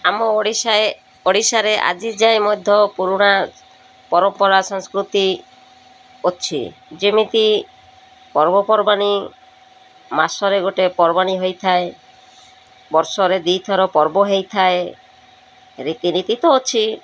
ଆମ ଓଡ଼ିଶାରେ ଓଡ଼ିଶାରେ ଆଜି ଯାଏ ମଧ୍ୟ ପୁରୁଣା ପରମ୍ପରା ସଂସ୍କୃତି ଅଛି ଯେମିତି ପର୍ବପର୍ବାଣି ମାସରେ ଗୋଟେ ପର୍ବାଣି ହୋଇଥାଏ ବର୍ଷରେ ଦୁଇ ଥର ପର୍ବ ହୋଇଥାଏ ରୀତିନୀତି ତ ଅଛି